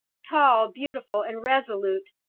tall, beautiful, and resolute.